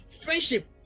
Friendship